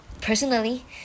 personally